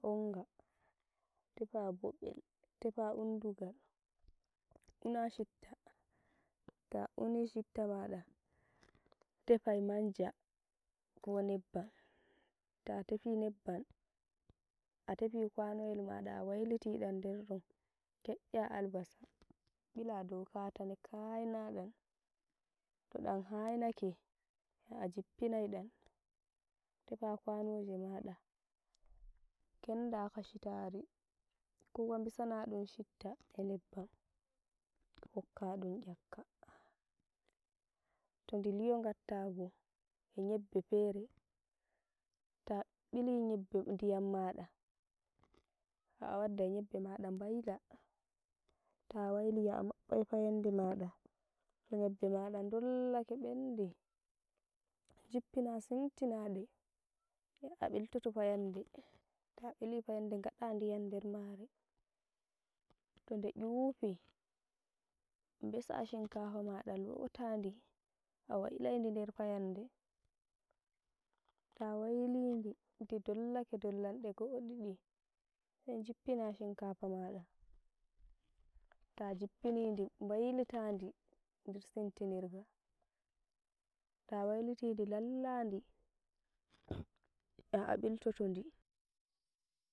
Onga, tefa boɓel, tefa undugal, una shitta, ta uni shitta maɗa, tefai manja ko nebbam ta tefi nebban, a tefi kwanoyel maɗa a wailiti nder ɗon, kenya albasa bila dow katane kaaina dum, toɗam haainake, ya ajippinai ɗam, tefa kanoje maɗa kenda kashitari. Kowa misanadum shitta e nebbam kokka ɗum nyakka, to ndi lo'o ngatta bo, e nyebbe fere ta bili nyebbe ndiyam maɗa, ya awaddai nyebbe maɗa nbaila, ta waili ya a mabbai fayande maɗa, to nyebbe maɗa ndollake bendi, njippina simtina de ya a biltoto fayande. Ta bili fayande nagaɗa ndiyam nder mare toned nyufii, nebsa shinkafa maɗa lootadi awailai ndi nder fayande, tawailidi ndi dollake dollande go'o ɗiɗi, he njippina shinkafa maɗa ta jippini ndi bailatdi nder simtinirga, ta wailitidi lalla ndi ya abiltoto ndi.